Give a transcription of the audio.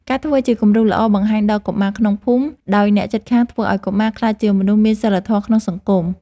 ការធ្វើជាគំរូល្អបង្ហាញដល់កុមារក្នុងភូមិ ដោយអ្នកជិតខាងធ្វើឱ្យកុមារក្លាយជាមនុស្សមានសីលធម៌ក្នុងសង្គម។